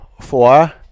four